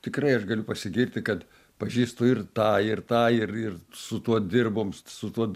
tikrai aš galiu pasigirti kad pažįstu ir tą ir tą ir ir su tuo dirbom su tuo